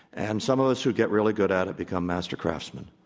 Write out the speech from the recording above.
and some of us who get really good at it become master craftsmen.